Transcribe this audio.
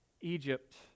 Egypt